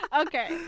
Okay